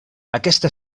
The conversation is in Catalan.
aquesta